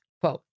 Quote